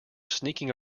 sneaking